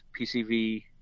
PCV